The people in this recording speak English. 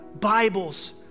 Bibles